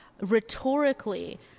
rhetorically